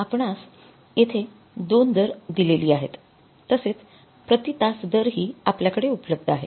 आपणास येथे २ दर दिलेले आहेत तसेच प्रति तास दर हि आपल्या कडे उपलब्ध आहे